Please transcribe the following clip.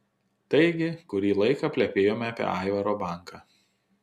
taigi kurį laiką plepėjome apie aivaro banką